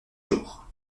jour